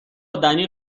دنی